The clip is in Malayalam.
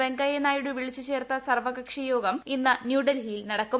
വെങ്കയ്യ നായിഡു വിളിച്ചു ചേർത്ത സർവ്വകക്ഷി യോഗം ഇന്ന് ന്യൂഡൽഹിയിൽ നടക്കും